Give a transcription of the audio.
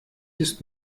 ist